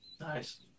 Nice